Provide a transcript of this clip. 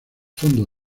fondo